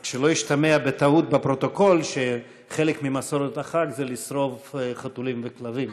רק שלא ישתמע בטעות בפרוטוקול שחלק ממסורת החג זה לשרוף חתולים וכלבים.